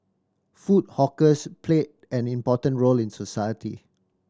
food hawkers played an important role in society